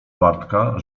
bartka